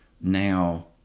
now